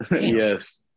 Yes